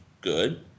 good